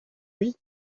lui